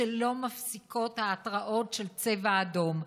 שלא מפסיקות ההתרעות של צבע אדום,